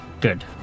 good